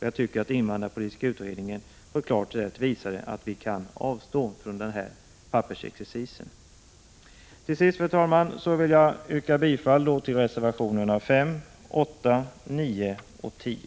Jag tycker att invandrarpolitiska utredningen klart har visat att vi kan avstå från den här pappersexercisen. Till sist, fru talman, vill jag yrka bifall till reservationerna 5, 8, 9 och 10.